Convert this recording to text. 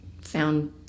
found